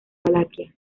valaquia